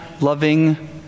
loving